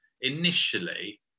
initially